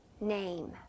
name